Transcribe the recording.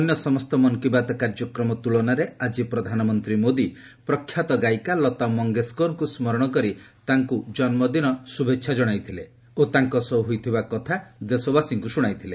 ଅନ୍ୟ ସମସ୍ତ ମନ୍ କି ବାତ୍ କାର୍ଯ୍ୟକ୍ରମ ତ୍ରଳନାରେ ଆଜି ପ୍ରଧାନମନ୍ତ୍ରୀ ମୋଦୀ ପ୍ରଖ୍ୟାତ ଗାୟିକା ଲତା ମଙ୍ଗେସକରଙ୍କୁ ସ୍କରଣ କରି ତାଙ୍କୁ ଜନ୍ମଦିନ ଓ ତାଙ୍କ ସହ ହୋଇଥିବା କଥା ଦେଶବାସୀଙ୍କୁ ଶୁଣାଇଥିଲେ